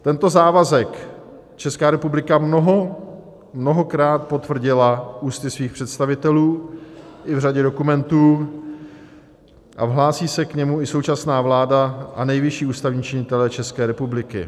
Tento závazek Česká republika mnoho, mnohokrát potvrdila ústy svých představitelů i v řadě dokumentů a hlásí se k němu i současná vláda a nejvyšší ústavní činitelé České republiky.